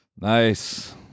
Nice